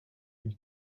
une